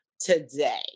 today